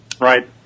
Right